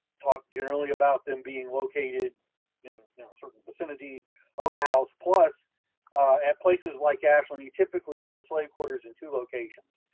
talk generally about them being located ah you know certain vicinity of the house, plus at places like ashland, you typically had slave quarters in two locations,